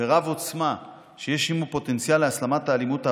ורב-עוצמה שיש עימו פוטנציאל להסלמת האלימות העבריינית,